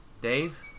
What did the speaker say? Dave